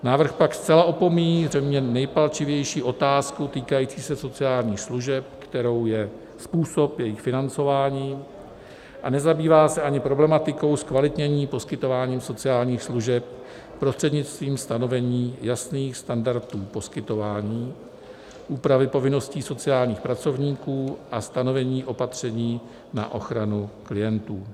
Návrh pak zcela opomíjí zřejmě nejpalčivější otázku týkající se sociálních služeb, kterou je způsob jejich financování, a nezabývá se ani problematikou zkvalitnění sociálních služeb prostřednictvím stanovení jasných standardů poskytování, úpravy povinností sociálních pracovníků a stanovení opatření na ochranu klientů.